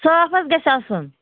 صاف حظ گژھِ آسُن